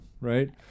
right